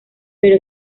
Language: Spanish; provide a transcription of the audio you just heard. pero